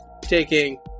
taking